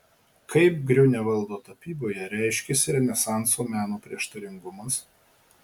kaip griunevaldo tapyboje reiškėsi renesanso meno prieštaringumas